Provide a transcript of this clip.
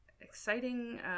exciting